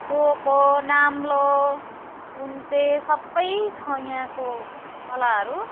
डोको नाम्लो थुन्से सबै छन् यहाँको कलाहरू